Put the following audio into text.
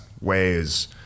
ways